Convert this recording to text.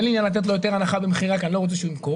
אין לי עניין לתת לו יותר הנחה במכירה כי אני לא רוצה שהוא ימכור.